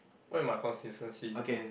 what you mean my consistency